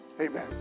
Amen